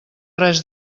res